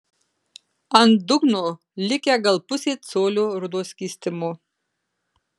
ant dugno likę gal pusė colio rudo skystimo